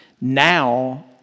Now